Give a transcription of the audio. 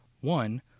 One